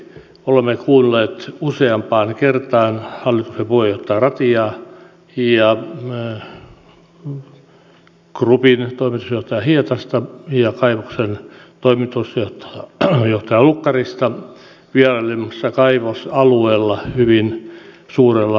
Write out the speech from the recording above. olemme kuulleet useampaan kertaan hallituksen puheenjohtaja ratiaa groupin toimitusjohtaja hietasta ja kaivoksen toimitusjohtaja lukkarista hyvin suurella huolella vieraillessamme kaivosalueella